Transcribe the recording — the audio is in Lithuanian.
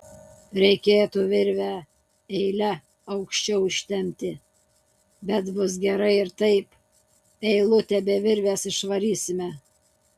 reikėtų virvę eile aukščiau ištempti bet bus gerai ir taip eilutę be virvės išvarysime